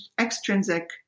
extrinsic